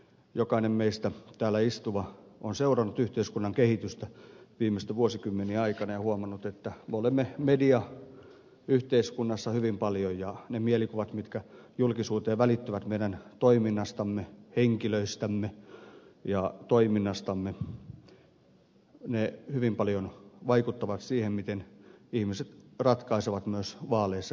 jokainen meistä täällä istuva on seurannut yhteiskunnan kehitystä viimeisten vuosikymmenien aikana ja huomannut että me olemme mediayhteiskunnassa hyvin paljon ja ne mielikuvat mitkä julkisuuteen välittyvät meidän toiminnastamme ja henkilöistämme hyvin paljon vaikuttavat siihen miten ihmiset ratkaisevat myös vaaleissa käyttäytymistään